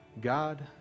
God